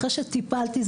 אחרי שטיפלתי,